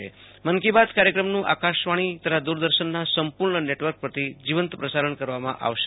મન કી બાત કાર્યક્રમનું આકાંશવાણી તથા દ્વરદર્શનના સંપૂ ર્ણ નેટવર્ક પરથી જીવંત પ્રસારણ કરવામાં આવશે